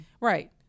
Right